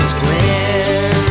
Square